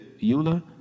EULA